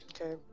Okay